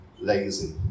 lazy